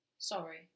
Sorry